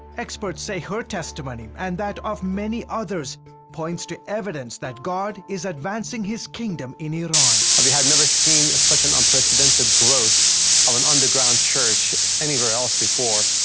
experts say her testimony and that of many others points to evidence that god is advancing his kingdom in iran. we have never seen such an unprecedented growth of an underground church anywhere else before.